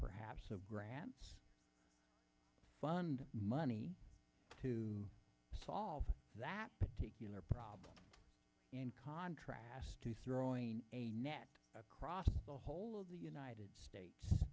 perhaps fund money to solve that particular problem in contrast to throwing a net across the whole of the united states